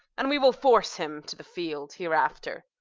and we will force him to the field hereafter.